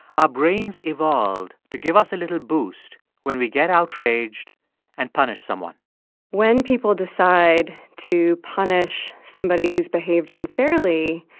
our brains evolved to give us a little boost when we get outraged and punish someone when people decide to punish somebody who's behaved unfairly,